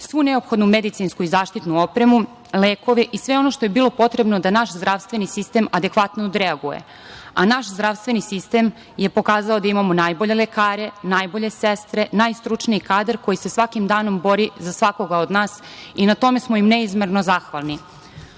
svu neophodnu medicinsku i zaštitnu opremu, lekove i sve ono što je bilo potrebno da naš zdravstveni sistem adekvatno odreaguje, a naš zdravstveni sistem je pokazao da imamo najbolje lekare, najbolje sestre, najstručniji kadar koji se svakim danom bori za svakoga od nas i na tome smo im neizmerno zahvalni.U